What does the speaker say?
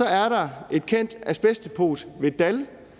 er der et kendt asbestdepot ved Dall.